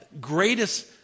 greatest